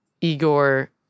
Igor